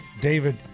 David